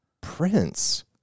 Prince